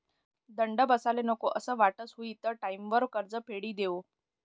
दंड बसाले नको असं वाटस हुयी त टाईमवर कर्ज फेडी देवो